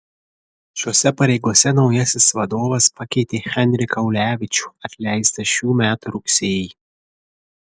šiose pareigose naujasis vadovas pakeitė henriką ulevičių atleistą šių metų rugsėjį